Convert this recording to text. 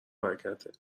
برکته